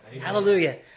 hallelujah